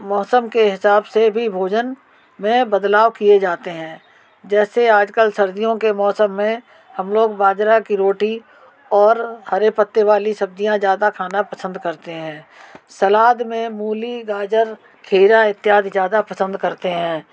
मौसम के हिसाब से भी भोजन में बदलाव किए जाते हैं जैसे आज कल सर्दियों के मौसम में हम लोग बाजरे की रोटी और हरे पत्ते वाली सब्ज़ियाँ खाना ज़्यादा पसंद करते हैं सलाद में मूली गाजर खीरा इत्यादि ज़्यादा पसंद करते हैं